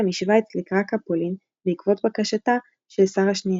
משווייץ לקראקא פולין בעקבות בקשתה של שרה שנירר.